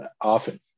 often